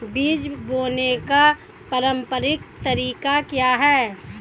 बीज बोने का पारंपरिक तरीका क्या है?